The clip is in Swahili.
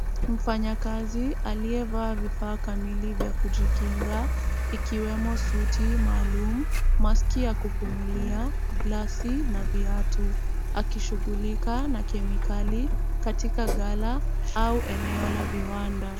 Mfanyakazi aliyevaa vifaa kamili vya kujikinga ikiwemo suti maalum, maski ya kupumulia , glasi na viatu. Akishughulika na kemikali katika gala au eneo la viwanda.